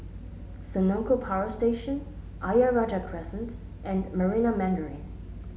Senoko Power Station Ayer Rajah Crescent and Marina Mandarin